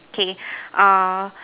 K err